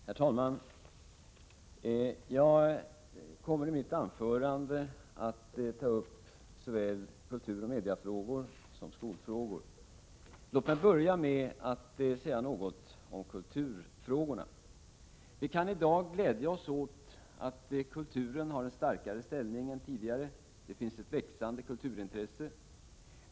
Herr talman! Jag kommer i mitt anförande att ta upp såväl kulturoch mediefrågor som skolfrågor. Låt mig börja med att säga något om kulturfrågorna. Vi kan i dag glädja oss åt att kulturen har starkare ställning än tidigare. Det finns ett växande kulturintresse.